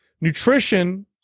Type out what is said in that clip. nutrition